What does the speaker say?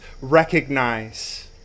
recognize